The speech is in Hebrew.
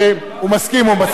הוא מסכים,